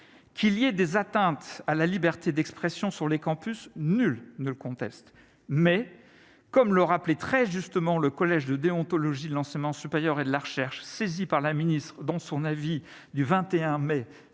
qu'il y ait des atteintes à la liberté d'expression sur les campus, nul ne le conteste, mais comme le rappelait très justement le collège de déontologie de l'enseignement supérieur et de la recherche, saisie par la ministre, dans son avis du 21 mai 2021,